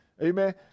Amen